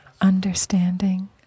Understanding